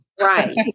right